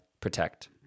protect